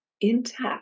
intact